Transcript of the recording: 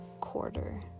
quarter